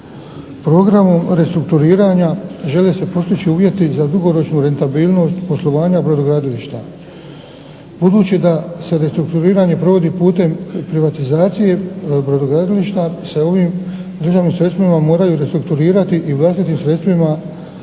Programom restrukturiranja žele se postići uvjeti za dugoročnu rentabilnost poslovanja brodogradilišta. Budući da se restrukturiranje provodi putem privatizacije brodogradilišta se ovim državnim sredstvima moraju restrukturirati i vlastitim sredstvima novoga